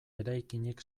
eraikinik